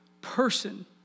person